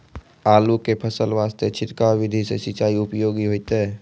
आलू के फसल वास्ते छिड़काव विधि से सिंचाई उपयोगी होइतै?